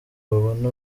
babone